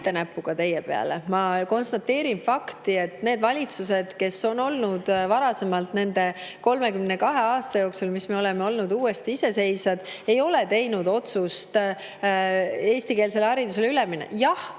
näpuga teie peale. Ma konstateerin fakti, et valitsused, kes on varasemalt olnud nende 32 aasta jooksul, kui me oleme olnud uuesti iseseisvad, ei ole teinud otsust eestikeelsele haridusele üle minna. Jah,